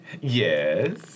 Yes